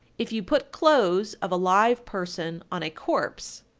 if you put clothes of a live person on a corpse,